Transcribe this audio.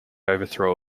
overthrow